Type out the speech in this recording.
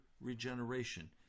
regeneration